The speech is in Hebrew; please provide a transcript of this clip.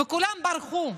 וכולם ברחו.